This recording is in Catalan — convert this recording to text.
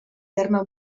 terme